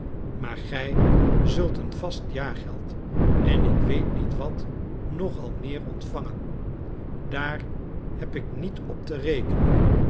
maar gij zult een vast jaargeld en ik weet niet wat nog al meer ontvangen daar heb ik niet op te rekenen